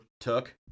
took